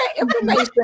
information